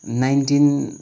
nineteen